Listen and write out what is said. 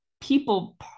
people